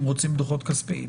אם רוצים דוחות כספיים.